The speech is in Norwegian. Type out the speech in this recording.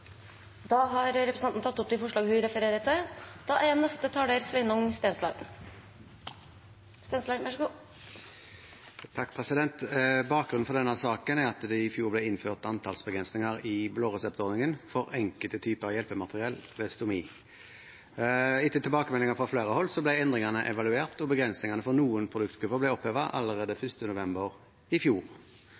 tatt opp de forslagene hun refererte til. Bakgrunnen for denne saken er at det i fjor ble innført antallsbegrensninger i blåreseptordningen for enkelte typer hjelpemateriell ved stomi. Etter tilbakemeldinger fra flere hold ble endringene evaluert, og begrensningene for noen produktgrupper ble opphevet allerede 1. november i fjor.